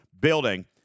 building